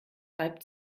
reibt